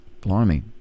Blimey